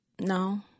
no